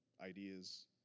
ideas